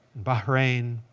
bahrain.